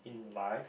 life